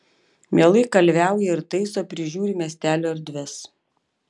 mielai kalviauja ir taiso prižiūri miestelio erdves